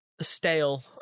stale